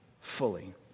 fully